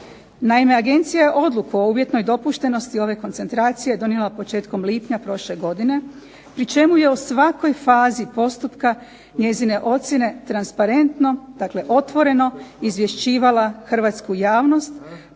Naime, agencija je odluku o uvjetnoj dopuštenosti ove koncentracije donijela početkom lipnja prošle godine pri čemu je o svakoj fazi postupka njezine ocjene transparentno, dakle otvoreno, izvješćivala hrvatsku javnost